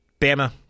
Bama